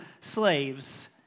slaves